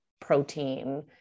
protein